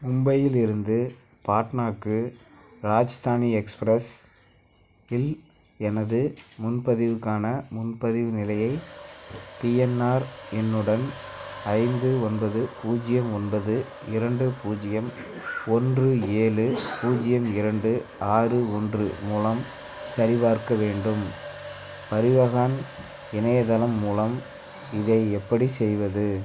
மும்பையிலிருந்து பாட்னாக்கு ராஜ்தானி எக்ஸ்பிரஸ் இல் எனது முன்பதிவுக்கான முன்பதிவு நிலையை பிஎன்ஆர் எண்ணுடன் ஐந்து ஒன்பது பூஜ்ஜியம் ஒன்பது இரண்டு பூஜ்ஜியம் ஒன்று ஏழு பூஜ்ஜியம் இரண்டு ஆறு ஒன்று மூலம் சரிபார்க்க வேண்டும் பரிவஹான் இணையதளம் மூலம் இதை எப்படி செய்வது